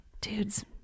dudes